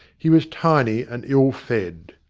he was tiny and ill fed,